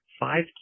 Five